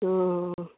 हॅं हॅं